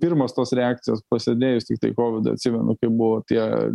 pirmos tos reakcijos prasidėjus tiktai kovidui atsimenu kaip buvo tie